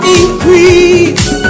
increase